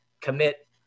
commit